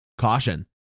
Caution